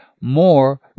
more